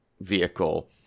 vehicle